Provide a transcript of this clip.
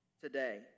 today